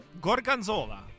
Gorgonzola